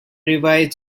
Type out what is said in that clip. revised